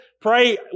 pray